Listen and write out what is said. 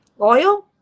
oil